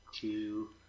two